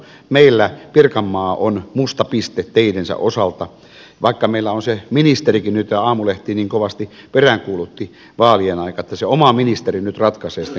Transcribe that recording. meillä pirkanmaa on musta piste teidensä osalta vaikka meillä on se ministerikin nyt jota aamulehti niin kovasti peräänkuulutti vaalien aikaan kun se oma ministeri nyt ratkaisee sitten koko tämän tilanteen